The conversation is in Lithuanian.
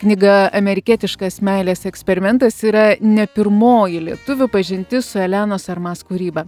knyga amerikietiškas meilės eksperimentas yra ne pirmoji lietuvių pažintis su elenos armas kūryba